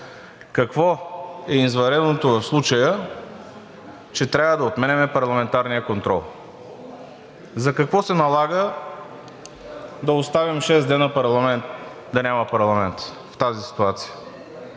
Какво е извънредното в случая, че трябва да отменяме парламентарния контрол? За какво се налага да оставим шест дни да няма парламент в тази ситуация?